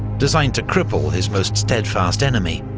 designed to cripple his most steadfast enemy.